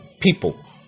people